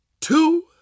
two